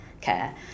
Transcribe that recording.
care